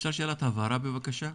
אפשר שאלת הבהרה בבקשה?